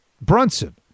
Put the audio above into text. Brunson